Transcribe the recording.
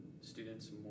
students